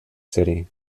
city